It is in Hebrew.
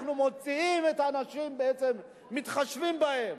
אנחנו מוציאים את האנשים ומתחשבים בהם,